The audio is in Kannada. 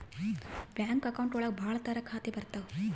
ಬ್ಯಾಂಕ್ ಅಕೌಂಟ್ ಒಳಗ ಭಾಳ ತರ ಖಾತೆ ಬರ್ತಾವ್